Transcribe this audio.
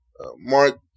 Mark